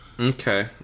Okay